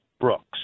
Brooks